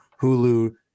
Hulu